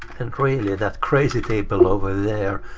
and really, that crazy table over there,